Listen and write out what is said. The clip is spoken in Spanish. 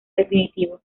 definitivo